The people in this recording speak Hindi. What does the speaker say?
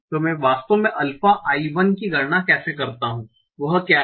तो मैं वास्तव में अल्फा i 1 की गणना कैसे करता हूं वह क्या है